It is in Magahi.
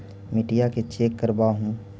मिट्टीया के चेक करबाबहू?